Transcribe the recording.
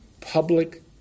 public